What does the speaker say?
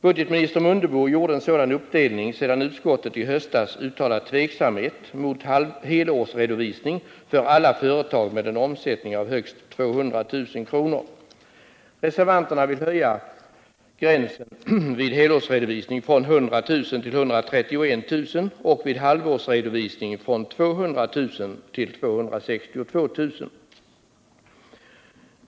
Budgetminister Mundebo gjorde en sådan uppdelning sedan utskottet i höstas uttalat tveksamhet mot helårsredovisning för alla företag med en omsättning av högst 200 000 kr. Reservanterna vill höja gränsen vid helårsredovisning från 100000 kr. till 131 000 kr. och vid halvårsredovisning från 200 000 kr. till 262 000 kr.